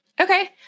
okay